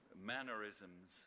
mannerisms